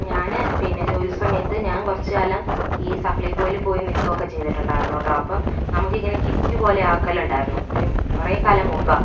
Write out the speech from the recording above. ഞാൻ പിന്നെ ജോലി സമയത്ത് ഞാൻ കുറച്ച് കാലം ഈ സപ്ലൈ കോയിൽ പോയി നിൽക്കുകയൊക്കെ ചെയ്തിട്ടുണ്ടായിരുന്നു കേട്ടോ അപ്പം നമുക്കിങ്ങനെ കിറ്റ് പോലെയാക്കലുണ്ടായിരുന്നു കുറെ കാലം മുമ്പാണ്